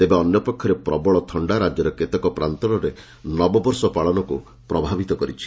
ତେବେ ଅନ୍ୟ ପକ୍ଷରେ ପ୍ରବଳ ଥଣ୍ତା ରାଜ୍ୟର କେତେକ ପ୍ରନ୍ତରରେ ନବବର୍ଷ ପାଳନକୁ ପ୍ରଭାବିତ କରିଛି